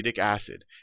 acid